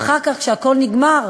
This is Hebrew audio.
ואחר כך, כשהכול נגמר